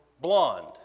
blonde